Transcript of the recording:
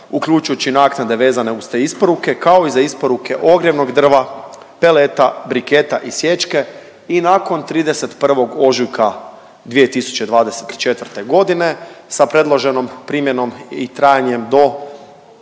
uključujući i naknade vezane uz te isporuke, kao i za isporuke ogrjevnog drva, peleta, briket i sječke i nakon 31. ožujka 2024.g. sa predloženom primjenom i trajanjem do